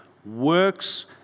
works